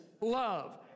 love